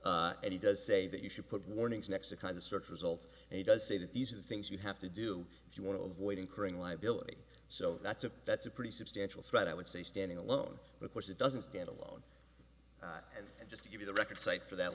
results and he does say that you should put warnings next to kind of search results and he does say that these are the things you have to do if you want to avoid incurring liability so that's a that's a pretty substantial threat i would say standing alone because it doesn't stand alone just to give you the record cite for that